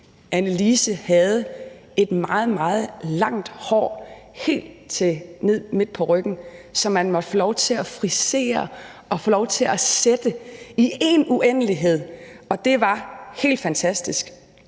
Annelise havde et meget, meget langt hår helt ned til midten af ryggen, som man måtte få lov til at frisere og få lov til at sætte i én uendelighed, og det var helt fantastisk.